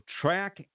track